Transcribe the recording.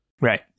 Right